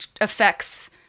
affects